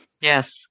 Yes